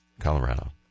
colorado